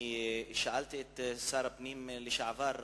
אני שאלתי את השר לביטחון הפנים לשעבר,